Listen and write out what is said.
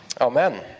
Amen